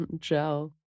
Ciao